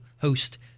host